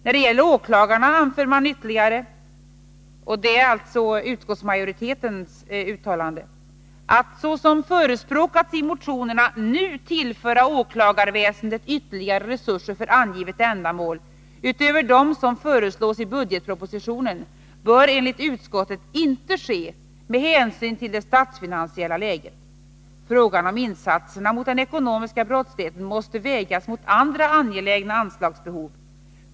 När det gäller åklagarna anför utskottsmajoriteten ytterligare: ”Att såsom förespråkas i motionerna nu tillföra åklagarväsendet ytterligare resurser för angivet ändamål utöver dem som föreslås i budgetpropositionen bör enligt utskottet inte ske med hänsyn till det statsfinansiella läget. Frågan om insatserna mot den ekonomiska brottsligheten måste vägas mot andra angelägna anslagsbehov.